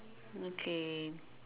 okay